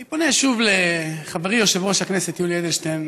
אני פונה שוב לחברי יושב-ראש הכנסת יולי אדלשטיין: